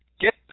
get